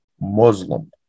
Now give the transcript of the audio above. Muslim